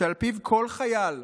שעל פיו כל חייל,